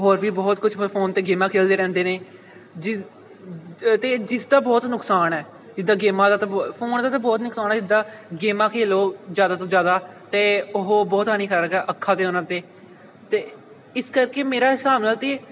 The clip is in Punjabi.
ਹੋਰ ਵੀ ਬਹੁਤ ਕੁਛ ਫੋਨ ਗੇਮਾਂ ਖੇਡਦੇ ਰਹਿੰਦੇ ਨੇ ਜਿ ਅਤੇ ਜਿਸ ਦਾ ਬਹੁਤ ਨੁਕਸਾਨ ਹੈ ਜਿੱਦਾਂ ਗੇਮਾਂ ਦਾ ਤਾਂ ਫੋਨ ਦਾ ਤਾਂ ਬਹੁਤ ਨੁਕਸਾਨ ਹੈ ਜਿੱਦਾਂ ਗੇਮਾਂ ਖੇਡੋ ਜ਼ਿਆਦਾ ਤੋਂ ਜ਼ਿਆਦਾ ਤਾਂ ਉਹ ਬਹੁਤ ਹਾਨੀਕਾਰਕ ਹੈ ਅੱਖਾਂ 'ਤੇ ਉਹਨਾਂ 'ਤੇ ਅਤੇ ਇਸ ਕਰਕੇ ਮੇਰਾ ਹਿਸਾਬ ਨਾਲ ਤਾਂ